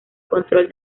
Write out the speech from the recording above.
control